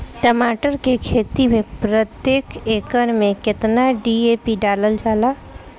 टमाटर के खेती मे प्रतेक एकड़ में केतना डी.ए.पी डालल जाला?